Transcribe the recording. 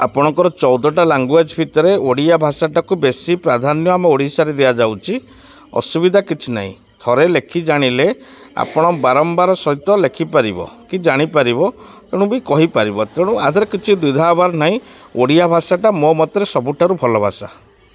ଆପଣଙ୍କର ଚଉଦଟା ଲାଙ୍ଗୁଏଜ୍ ଭିତରେ ଓଡ଼ିଆ ଭାଷାଟାକୁ ବେଶୀ ପ୍ରାଧାନ୍ୟ ଆମେ ଓଡ଼ିଶାରେ ଦିଆଯାଉଛି ଅସୁବିଧା କିଛି ନାହିଁ ଥରେ ଲେଖି ଜାଣିଲେ ଆପଣ ବାରମ୍ବାର ସହିତ ଲେଖିପାରିବ କି ଜାଣିପାରିବ ତେଣୁ ବି କହିପାରିବ ତେଣୁ ଆ ଦେହରେ କିଛି ଦ୍ୱିଧା ହେବାର୍ ନାହିଁ ଓଡ଼ିଆ ଭାଷାଟା ମୋ ମତରେ ସବୁଠାରୁ ଭଲ ଭାଷା